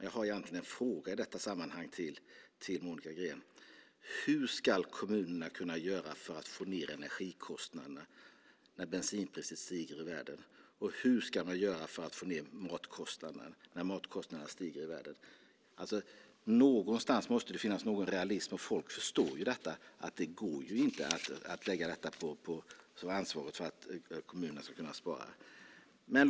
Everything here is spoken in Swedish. Jag har annars en fråga till Monica Green i detta sammanhang: Hur ska kommunerna göra för att få ned energikostnaderna när bensinpriset stiger i världen, och hur ska man göra för att få ned matkostnaderna när matkostnaderna stiger i världen? Någonstans måste det finnas någon realism, och folk förstår att det inte går att lägga på ansvaret för att kommunerna ska kunna spara på det sättet.